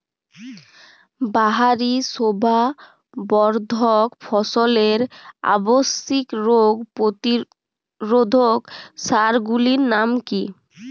বাহারী শোভাবর্ধক ফসলের আবশ্যিক রোগ প্রতিরোধক সার গুলির নাম কি কি?